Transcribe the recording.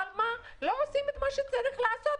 אבל לא עושים את מה שצריך לעשות.